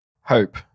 Hope